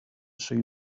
see